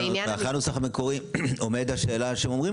לעניין --- אבל לאחר הנוסח המקורי עומדת השאלה שאומרים